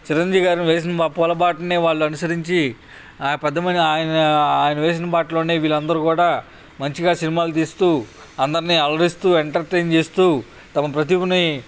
చిరంజీవి గారు వేసిన పూలబాటనే వాళ్ళ అనుసరించి ఆ పెద్ద మని ఆయన ఆయన వేసిన బాటలోనే వీళ్ళందరు కూడా మంచిగా సినిమాలు తీస్తూ అందరిని అలరిస్తు ఎంటర్టైన్ చేస్తు తమ ప్రతిభని